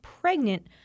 pregnant